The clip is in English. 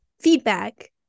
feedback